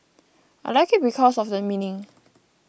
I like it because of the meaning